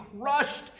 crushed